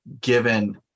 given